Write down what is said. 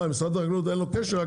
מה, למשרד החקלאות אין קשר?